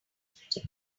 pretty